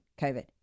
COVID